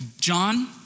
John